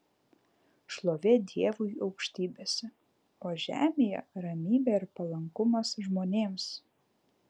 šlovė dievui aukštybėse o žemėje ramybė ir palankumas žmonėms